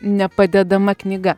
nepadedama knyga